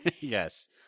Yes